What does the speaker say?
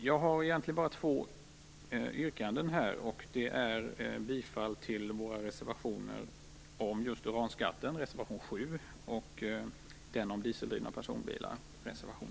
Jag har egentligen bara två yrkanden, och det är bifall till vår reservationer om uranskatten, reservation 7, och om dieseldrivna personbilar, reservation